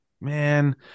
Man